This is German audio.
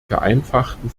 vereinfachten